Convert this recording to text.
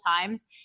times